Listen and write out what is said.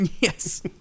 Yes